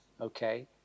okay